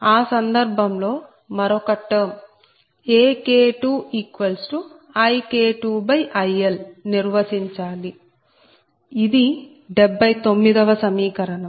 ఆ సందర్భంలో మరొక టర్మ్ AK2IK2IL నిర్వచించాలి ఇది 79వ సమీకరణం